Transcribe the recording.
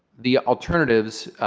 the alternatives,